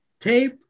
tape